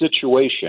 situation